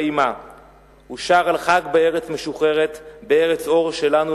ויהי מה!'/ הוא שר על חג בארץ משוחררת,/ בארץ-אור שלנו